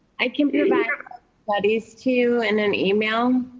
i can do that but is too in an email.